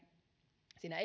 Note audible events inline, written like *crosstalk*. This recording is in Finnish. siinä *unintelligible*